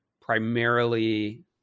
primarily